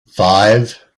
five